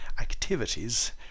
activities